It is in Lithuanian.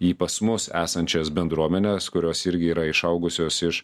į pas mus esančias bendruomenes kurios irgi yra išaugusios iš